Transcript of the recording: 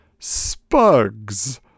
Spugs